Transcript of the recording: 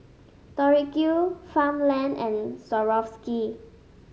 Tori Q Farmland and Swarovski